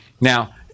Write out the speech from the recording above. Now